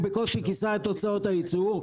הוא בקושי כיסה את הוצאות הייצור,